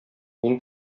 мин